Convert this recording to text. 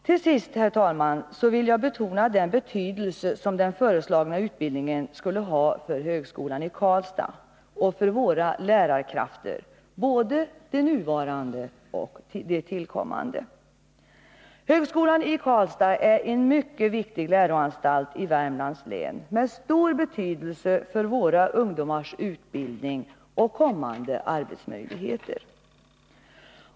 Till sist, herr talman, vill jag betona den betydelse som den föreslagna utbildningen skulle ha för högskolan i Karlstad och för våra lärarkrafter, både de nuvarande och de tillkommande. Högskolan i Karlstad är en mycket viktig läroanstalt i Värmlands län, med stor betydelse för våra ungdomars utbildning och kommande arbetsmöjligheter.